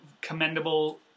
commendable